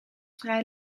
vrij